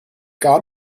gar